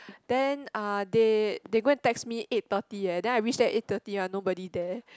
then ah they they go and text me eight thirty eh then I reach there eight thirty ah nobody there